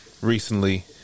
recently